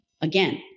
Again